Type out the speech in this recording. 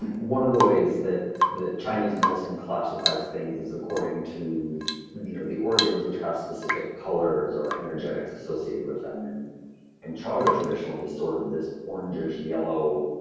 one of the ways that chinese medicine classifies things is according to you know the organs, which have specific colors or energetics associated with them and and chaga traditionally is sort of this orangish yellow,